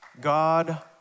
God